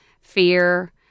fear